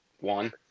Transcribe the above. one